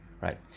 Right